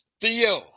Theo